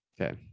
Okay